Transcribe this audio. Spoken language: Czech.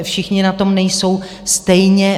Všichni na tom nejsou stejně.